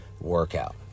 workout